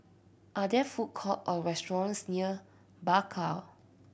are there food court or restaurants near Bakau